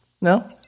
No